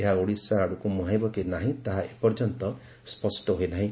ଏହା ଓଡ଼ିଶା ଆଡ଼କୁ ମୁହାଁଇବ କି ନାହିଁ ତାହା ଏ ପର୍ଯ୍ୟନ୍ତ ସ୍ୱଷ୍ ହୋଇନାହିଁ